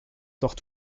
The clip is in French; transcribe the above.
tort